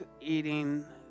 eating